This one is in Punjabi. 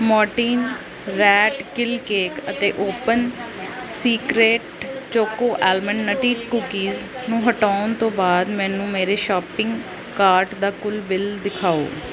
ਮੋਰਟੀਨ ਰੈਟ ਕਿਲ ਕੇਕ ਅਤੇ open secret choco almond nutty cookies ਨੂੰ ਹਟਾਉਣ ਤੋਂ ਬਾਅਦ ਮੈਨੂੰ ਮੇਰੇ ਸ਼ਾਪਿੰਗ ਕਾਰਟ ਦਾ ਕੁੱਲ ਬਿੱਲ ਦਿਖਾਓ